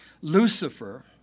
Lucifer